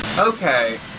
Okay